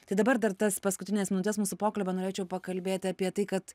tai dabar dar tas paskutines minutes mūsų pokalbio norėčiau pakalbėti apie tai kad